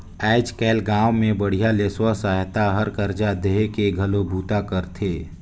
आयज कायल गांव मे बड़िहा ले स्व सहायता हर करजा देहे के घलो बूता करथे